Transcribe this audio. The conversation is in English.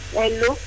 hello